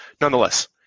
nonetheless